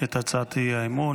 את הצעת האי-אמון,